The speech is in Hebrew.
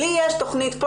'לי יש תכנית פה,